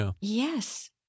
Yes